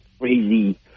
crazy